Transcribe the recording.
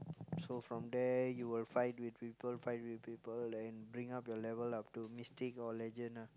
so from there you will fight with people fight with people and bring up your level up to Mystic or Legend ah